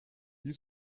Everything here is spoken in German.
wie